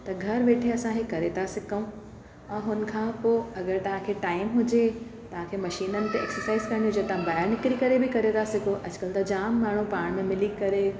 त घरु वेठे असां इहे करे ता सघूं ऐं हुन खां पोइ अगरि तव्हांखे टाइम हुजे तव्हांखे मशीनन ते एक्सरसाइज़ करणी हुजे तव्हां ॿाहिरि निकरी करे बि करे था सघो अॼुकल्ह त जाम माण्हू पाण में मिली करे